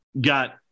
got